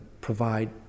provide